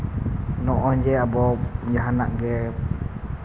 ᱱᱚᱜᱼᱚᱸᱭ ᱡᱮ ᱟᱵᱚ ᱡᱟᱦᱟᱱᱟᱜ ᱜᱮ